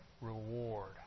reward